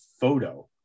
photo